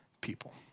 people